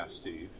Steve